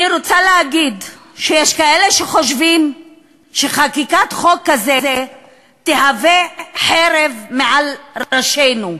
אני רוצה להגיד שיש כאלה שחושבים שחקיקת חוק כזה תהווה חרב מעל ראשנו,